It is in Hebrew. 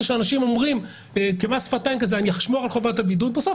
שאנשים אומרים כמס שפתיים שהם ישמרו על חובת הבידוד ובסוף